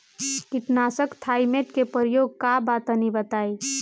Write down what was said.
कीटनाशक थाइमेट के प्रयोग का बा तनि बताई?